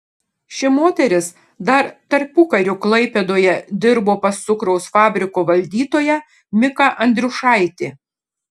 ši moteris dar tarpukariu klaipėdoje dirbo pas cukraus fabriko valdytoją miką andriušaitį